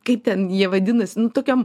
kaip ten jie vadinasi nu tokiom